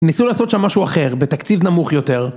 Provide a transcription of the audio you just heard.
ניסו לעשות שם משהו אחר, בתקציב נמוך יותר